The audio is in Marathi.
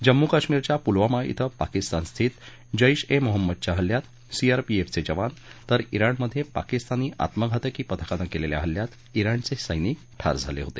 जम्मू काश्मिरच्या पुलवामा क्वें पाकिस्तानस्थित जैश ए मोहम्मदच्या हल्ल्यात सीआरपीएफचे जवान तर ज्ञिणमध्ये पाकिस्तानी आत्मघातकी पथकानं केलेल्या हल्ल्यात ज्ञिणचे सैनिक ठार झाले होते